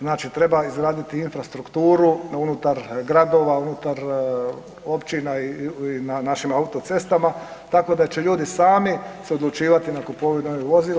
Znači treba izraditi infrastrukturu unutar gradova, unutar općina i na našim autocestama tako da će ljudi sami se odlučivati na kupovinu ovih vozila.